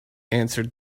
answered